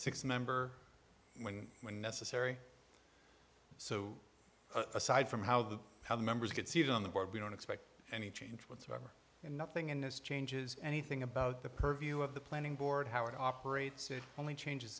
six member when necessary so aside from how the how the members get seated on the board we don't expect any change whatsoever and nothing in this changes anything about the purview of the planning board how it operates it only changes